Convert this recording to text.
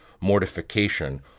mortification